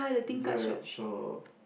bread shop